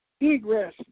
egress